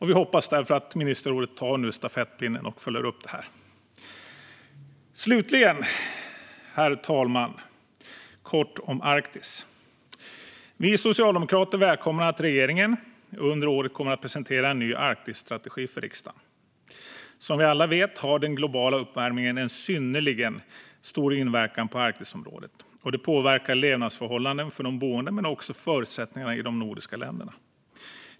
Vi hoppas att ministerrådet nu tar stafettpinnen och följer upp detta. Slutligen, herr talman, vill jag säga något kort om Arktis. Vi socialdemokrater välkomnar att regeringen under året kommer att presentera en ny Arktisstrategi för riksdagen. Som vi alla vet har den globala uppvärmningen en synnerligen stor inverkan på Arktisområdet. Detta påverkar levnadsförhållandena för de boende där men också förutsättningarna i de nordiska länderna.